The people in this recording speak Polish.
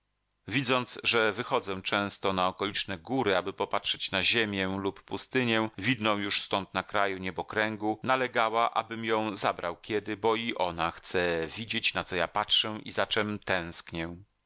widząc że wychodzę często na okoliczne góry aby popatrzeć na ziemię lub pustynię widną już stąd na kraju niebokręgu nalegała abym ją zabrał kiedy bo i ona chce widzieć na co ja patrzę i za czem tęsknię